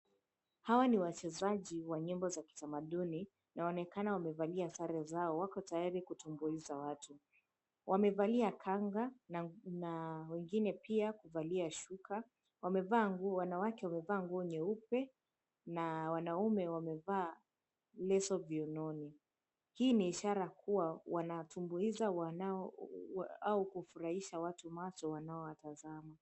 Hawa ni wachezaji wa nyimbo za kitamaduni. Inaonekana wamevalia sare zao. Wako tayari kutumbuiza watu. Wamevalia kanga na wengine pia kuvalia shuka. Wamevaa nguo, wanawake wamevaa nguo nyeupe na wanaume wamevaa leso viunoni. Hii ni ishara ya kua wanatumbuiza wanao au kufurahisha watu macho wanaowatazama.